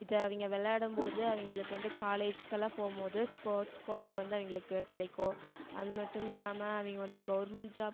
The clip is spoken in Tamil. இதை அவங்க விளாடம்போது அவங்களுக்கு வந்து காலேஜுக்கெல்லாம் போகுமோது ஸ்போர்ட்ஸ் கோட்டா வந்து அவங்களுக்கு கிடைக்கும் அது மட்டும் இல்லாமல் அவங்க வந்து கவுர்மெண்ட் ஜாப்